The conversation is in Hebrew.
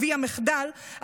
אבי המחדל,